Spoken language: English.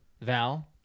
Val